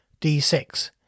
d6